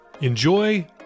Enjoy